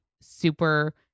super